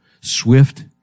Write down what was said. Swift